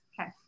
Okay